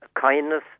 Kindness